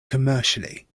commercially